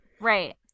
right